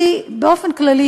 באופן כללי,